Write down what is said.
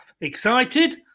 excited